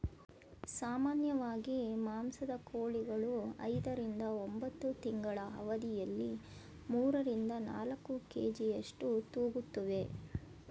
ಸಾಮಾನ್ಯವಾಗಿ ಮಾಂಸದ ಕೋಳಿಗಳು ಐದರಿಂದ ಒಂಬತ್ತು ತಿಂಗಳ ಅವಧಿಯಲ್ಲಿ ಮೂರರಿಂದ ನಾಲ್ಕು ಕೆ.ಜಿಯಷ್ಟು ತೂಗುತ್ತುವೆ